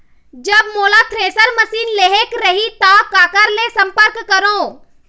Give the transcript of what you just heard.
जब मोला thresher machine लेहेक रही ता काकर ले संपर्क करों?